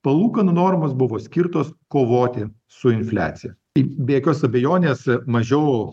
palūkanų normos buvo skirtos kovoti su infliacija tai be jokios abejonės mažiau